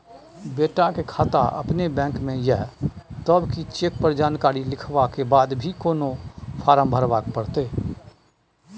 बेटा के खाता अपने बैंक में ये तब की चेक पर जानकारी लिखवा के बाद भी कोनो फारम भरबाक परतै?